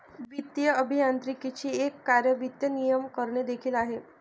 वित्तीय अभियांत्रिकीचे एक कार्य वित्त नियमन करणे देखील आहे